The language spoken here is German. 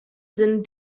sinn